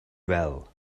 well